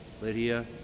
Lydia